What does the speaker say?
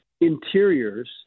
interiors